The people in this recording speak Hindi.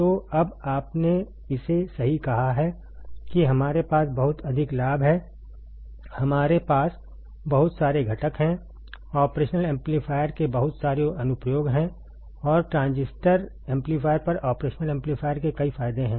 तो अब आपने इसे सही कहा है कि हमारे पास बहुत अधिक लाभ है हमारे पास बहुत सारे घटक हैं ऑपरेशनल एम्पलीफायर के बहुत सारे अनुप्रयोग हैं और ट्रांजिस्टर एम्पलीफायर पर ऑपरेशनल एम्पलीफायर के कई फायदे हैं